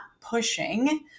pushing